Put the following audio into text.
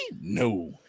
No